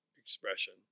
expression